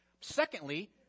Secondly